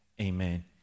amen